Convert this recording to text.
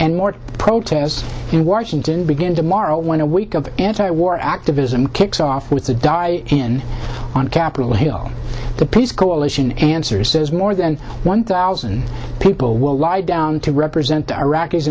and more protests in washington begin tomorrow when a week of anti war activism kicks off with a die in on capitol hill the peace coalition answer says more than one thousand people will lie down to represent iraqis